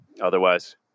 Otherwise